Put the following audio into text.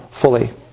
fully